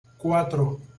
cuatro